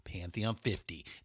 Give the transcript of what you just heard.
Pantheon50